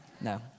no